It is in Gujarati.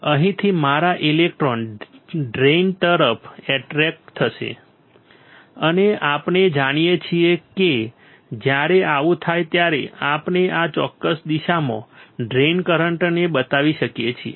અહીંથી મારા ઇલેક્ટ્રોન ડ્રેઇન તરફ એક્ટ્રેક્ટ થશે અને આપણે જાણીએ છીએ કે જ્યારે આવું થાય ત્યારે આપણે આ ચોક્કસ દિશામાં ડ્રેઇન કરંટને બતાવી શકીએ છીએ